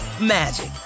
magic